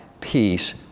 peace